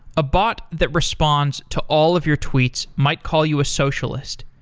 a bot that responds to all of your tweets might call you a socialist,